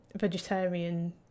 vegetarian